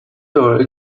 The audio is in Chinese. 幼儿